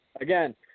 Again